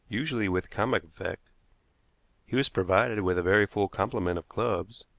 usually with comic effect he was provided with a very full complement of clubs,